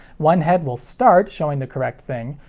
one head will start showing the correct thing,